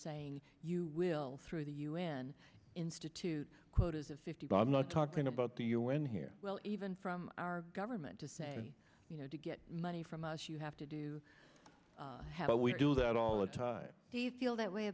saying you will through the u n institute quotas of fifty five not talking about the u n here well even from our government to say you know to get money from us you have to do how we do that all the time do you feel that way